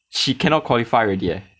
she cannot qualify already leh